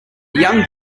young